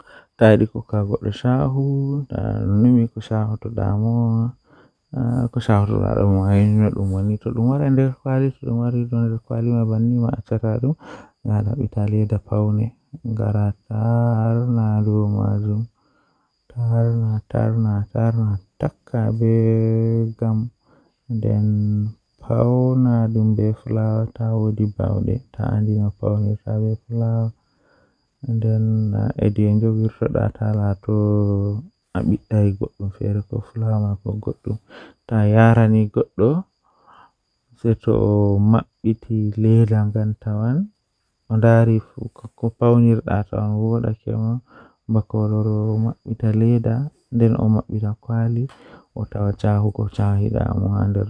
Anasta haa intanet ma alaara So aɗa waawi heddude email ngal, naatude website ɗum. Hokka tawa tawa e hoore sabu register. Naatude hoore ngondi ngam jeyde ko email ngal. Njiɗi kafo ngam wi'aade password ngal. Naatude goɗɗum tiiɗo ngam woɗnde hoore ngondol ngal. Jooni aɗa waawi